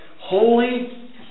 holy